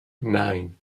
nine